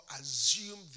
assume